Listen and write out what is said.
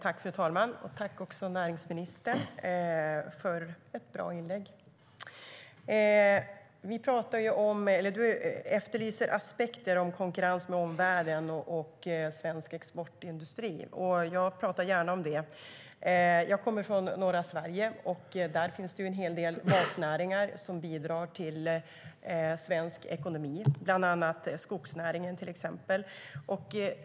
Fru talman! Tack, näringsministern, för ett bra inlägg! Du efterlyser aspekter på konkurrens med omvärlden och svensk exportindustri. Jag pratar gärna om det. Jag kommer från norra Sverige. Där finns det en hel del basnäringar som bidrar till svensk ekonomi, bland annat skogsnäringen.